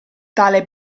tale